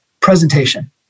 presentation